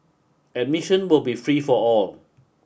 admission will be free for all